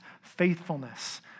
faithfulness